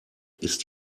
ist